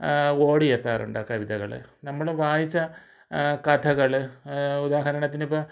ഓടി എത്താറുണ്ട് ആ കവിതകൾ നമ്മൾ വായിച്ച കഥകൾ ഉദാഹരണത്തിന് ഇപ്പോൾ